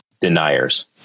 deniers